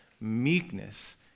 meekness